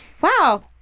Wow